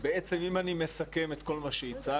בעצם אם אני מסכם את כל מה שהצגת,